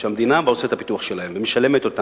שהמדינה עושה את הפיתוח שלהם ומשלמת,